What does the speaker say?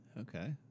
Okay